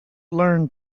learned